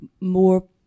more